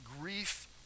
grief